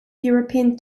european